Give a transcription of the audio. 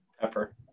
Pepper